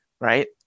right